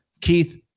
keith